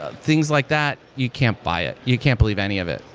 ah things like that, you can't buy it. you can't believe any of it.